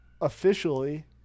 officially